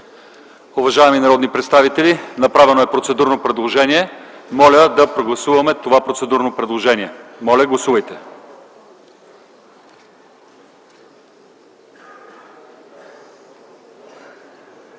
Уважаеми народни представители, направено е процедурно предложение. Моля, гласувайте това процедурно предложение. Гласували